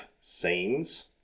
scenes